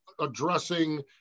addressing